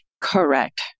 Correct